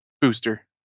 booster